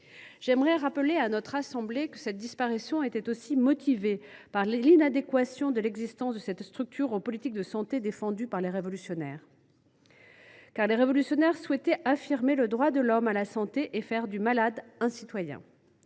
J’aimerais rappeler à notre assemblée que cette disparition était aussi motivée par l’inadéquation de l’existence de cette structure aux politiques de santé défendues par les révolutionnaires. En effet, ces derniers souhaitaient affirmer le droit de l’homme à la santé et faire du malade un citoyen.